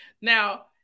Now